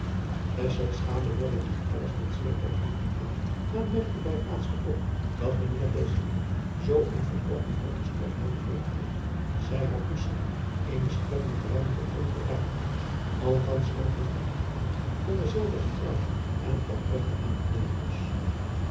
hoorde dit alles met zeer groot genoegen aan maar merkte bij het laatste op dat wanneer deze leer zoo in volkomene uitgestrektheid beleefd werd zij haar toescheen eene strekking te hebben tot ongerijmdheid althans hoogelijk tot nadeel van derzelver getrouwe en opregte aanklevers